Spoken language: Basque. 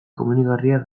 komenigarria